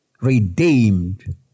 redeemed